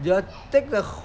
they will take the